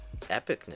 Epicness